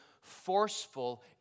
forceful